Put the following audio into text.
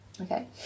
Okay